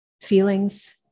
feelings